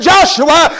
Joshua